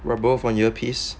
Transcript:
we're both on ear piece